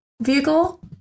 vehicle